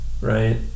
Right